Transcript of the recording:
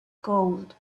gold